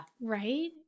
Right